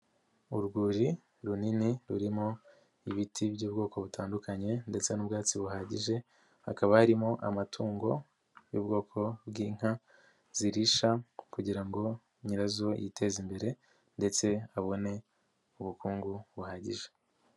Urwuri runini rurimo ibiti by'ubwoko butandukanye ndetse n'ubwatsi buhagije, hakaba harimo amatungo y'ubwoko bw'inka, zirisha kugira ngo nyira zo yiteze imbere ndetse abone ubukungu buhagije.